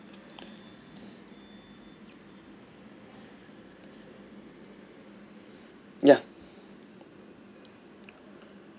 ya